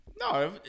No